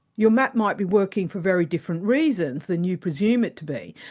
your map might be working for very different reasons than you presume it to be.